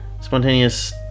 spontaneous